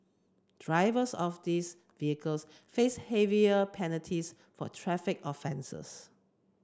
drivers of these vehicles face heavier penalties for traffic offences